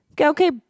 Okay